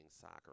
soccer